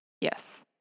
yes